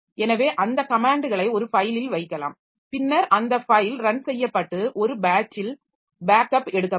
எனவே அந்த கமேன்ட்களை ஒரு ஃபைலில் வைக்கலாம் பின்னர் அந்த ஃபைல் ரன் செய்யப்பட்டு ஒரு பேட்ச்சில் பேக்கப் எடுக்கப்படும்